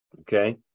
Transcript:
Okay